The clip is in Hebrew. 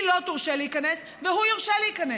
היא לא תורשה להיכנס והוא יורשה להיכנס?